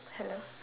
hello